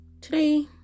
Today